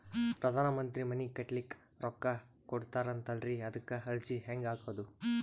ಪ್ರಧಾನ ಮಂತ್ರಿ ಮನಿ ಕಟ್ಲಿಕ ರೊಕ್ಕ ಕೊಟತಾರಂತಲ್ರಿ, ಅದಕ ಅರ್ಜಿ ಹೆಂಗ ಹಾಕದು?